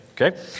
Okay